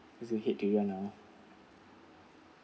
because you hate durian ah